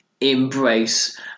embrace